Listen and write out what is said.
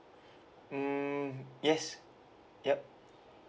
hmm yes yup